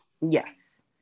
Yes